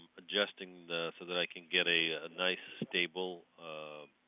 adjusting so that i can get a nice, stable